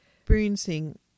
experiencing